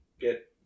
get